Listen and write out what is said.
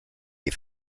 die